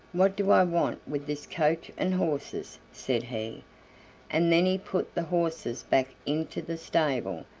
what do i want with this coach and horses? said he and then he put the horses back into the stable,